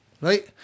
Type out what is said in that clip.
right